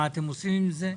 מה אתם עושים עם זה.